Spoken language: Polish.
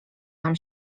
nam